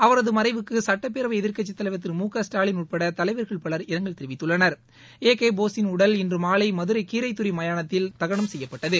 அவரது மறைவுக்கு சுட்டப்பேரவை எதிர்க்கட்சித் தலைவர் திரு மு க ஸ்டாலின் உட்பட தலைவர்கள் பல் இரங்கல் தெரிவித்துள்ளனர் ஏ கே போஸின் உடல் இன்று மாலை மதுரை கீரைத்துறை மயானத்தில் தகனம் செய்யப்பட்டது